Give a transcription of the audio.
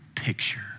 picture